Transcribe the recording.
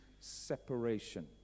separation